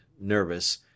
nervous